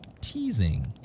teasing